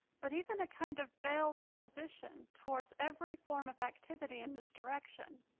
but even a kind of veiled opposition towards every form of activity in this direction.